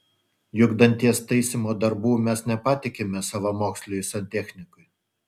juk danties taisymo darbų mes nepatikime savamoksliui santechnikui